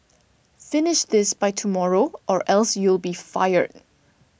finish this by tomorrow or else you'll be fired